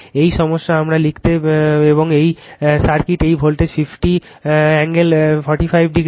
এই সমস্যা আমরা এখানে লিখিত কল কি এবং এই সার্কিট এই ভোল্টেজ 50 কোণ 45 ডিগ্রী